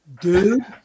Dude